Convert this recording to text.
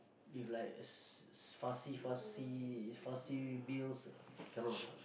if like is fussy fussy fussy meals cannot lah